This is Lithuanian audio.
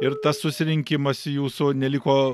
ir tas susirinkimas jūsų neliko